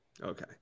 Okay